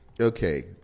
okay